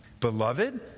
Beloved